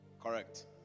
Correct